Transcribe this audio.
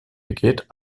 begeht